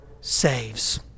saves